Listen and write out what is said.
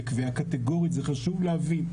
כי קטגורית חשוב להבין.